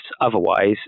otherwise